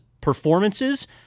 performances